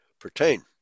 pertain